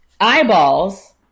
eyeballs